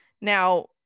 now